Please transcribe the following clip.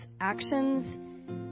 actions